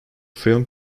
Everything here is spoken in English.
film